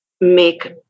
make